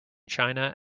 china